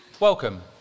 Welcome